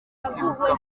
kwibuka